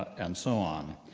and so on.